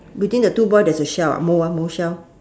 between the two boy there's a shell ah mou ah mou shell